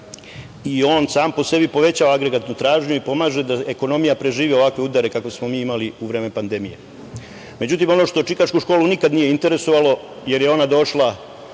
On sam po sebi povećava agregatnu tražnju i pomaže da ekonomija preživi ovakve udare kakve smo mi imali u vreme pandemije. Međutim, ono što Čikašku školu nikad nije interesovalo, jer je ona došla